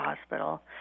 hospital